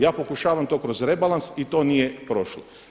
Ja pokušavam to kroz rebalans i to nije prošlo.